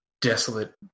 desolate